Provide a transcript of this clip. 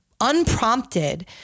unprompted